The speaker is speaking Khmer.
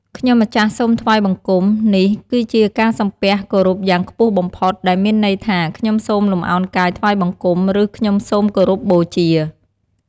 ខ្ញុំម្ចាស់សូមថ្វាយបង្គំ នេះគឺជាការសំពះគោរពយ៉ាងខ្ពស់បំផុត ដែលមានន័យថា "ខ្ញុំសូមលំអោនកាយថ្វាយបង្គំ" ឬ "ខ្ញុំសូមគោរពបូជា"។